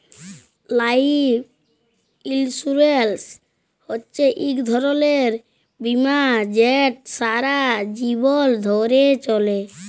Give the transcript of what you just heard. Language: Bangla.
লাইফ ইলসুরেলস হছে ইক ধরলের বীমা যেট সারা জীবল ধ্যরে চলে